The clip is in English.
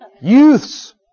Youths